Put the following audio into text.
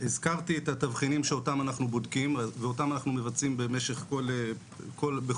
הזכרתי את התבחינים שאותם אנחנו בודקים ואותם אנחנו מבצעים כל השנים.